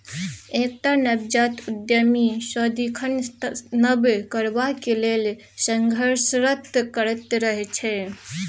एकटा नवजात उद्यमी सदिखन नब करबाक लेल संघर्षरत रहैत छै